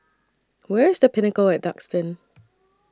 Where IS The Pinnacle At Duxton